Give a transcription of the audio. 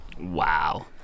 wow